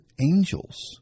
angels